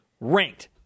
ranked